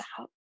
out